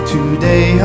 Today